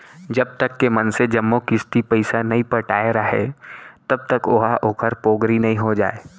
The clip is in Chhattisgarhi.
जब तक के मनसे जम्मो किस्ती पइसा नइ पटाय राहय तब तक ओहा ओखर पोगरी नइ हो जाय